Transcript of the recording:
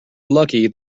lucky